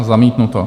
Zamítnuto.